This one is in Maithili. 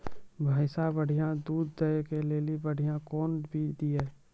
भैंस बढ़िया दूध दऽ ले ली बढ़िया चार कौन चीज दिए?